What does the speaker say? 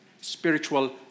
Spiritual